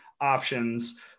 options